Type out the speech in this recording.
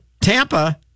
Tampa